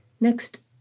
Next